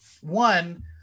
one